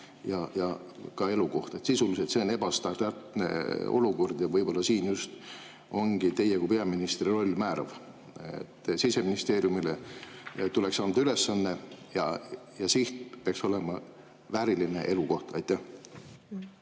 ja ka elukoht. Sisuliselt on see ebastandardne olukord ja võib-olla siin just ongi teie kui peaministri roll määrav. Siseministeeriumile tuleks anda ülesanne ja siht peaks olema vääriline elukoht. Aitäh,